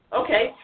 okay